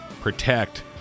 protect